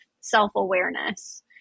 self-awareness